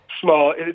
small